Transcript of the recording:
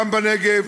גם בנגב,